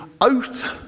out